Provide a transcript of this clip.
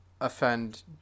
offend